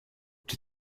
czy